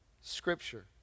Scripture